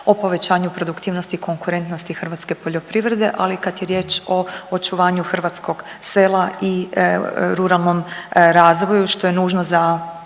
o povećanju produktivnosti i konkurentnosti hrvatske poljoprivrede, ali i kad je riječ o očuvanju hrvatskog sela i ruralnom razvoju što je nužno za